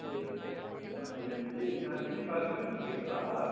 हंजी हंजी में तुसें गी परसों बी फोन कीता दा हा